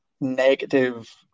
negative